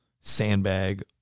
sandbag